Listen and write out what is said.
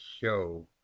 show